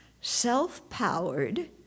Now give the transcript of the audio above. self-powered